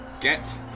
Get